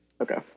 Okay